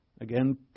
again